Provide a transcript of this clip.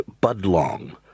Budlong